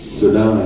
cela